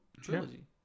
trilogy